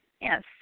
Yes